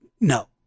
No